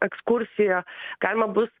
ekskursiją galima bus